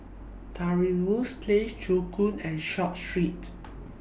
Trevose Place Joo Koon and Short Street